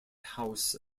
house